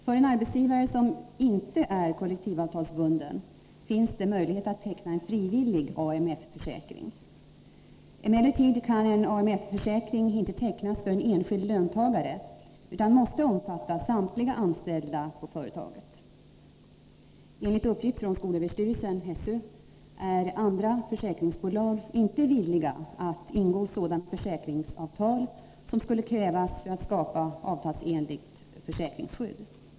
För en arbetsgivare som inte är kollektivavtalsbunden finns det möjlighet att teckna en frivillig AMF-försäkring. Emellertid kan en AMF-försäkring inte tecknas för en enskild löntagare, utan den måste omfatta samtliga anställda på företaget. Enligt uppgift från skolöverstyrelsen är andra försäkringsbolag inte villiga att ingå sådana försäkringsavtal som skulle krävas för att skapa avtalsenligt försäkringsskydd.